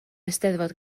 eisteddfod